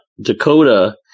Dakota